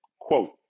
quote